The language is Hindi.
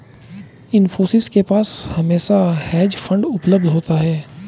इन्फोसिस के पास हमेशा हेज फंड उपलब्ध होता है